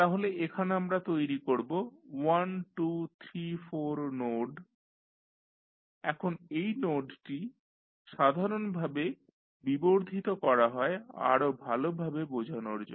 তাহলে এখানে আমরা তৈরী করব 1 2 3 4 নোড এখন এই নোডটি সাধারণভাবে বিবর্ধিত করা হয় আরো ভালোভাবে বোঝানোর জন্য